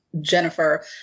Jennifer